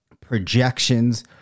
projections